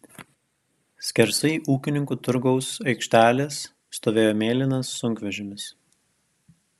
skersai ūkininkų turgaus aikštelės stovėjo mėlynas sunkvežimis